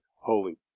holy